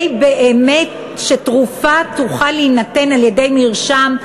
שבאמת תרופה תוכל להינתן על-ידי מרשם,